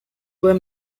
were